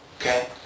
Okay